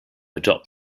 adopt